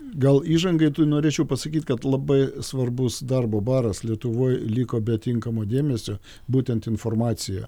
gal įžangai tai norėčiau pasakyt kad labai svarbus darbo baras lietuvoj liko be tinkamo dėmesio būtent informacija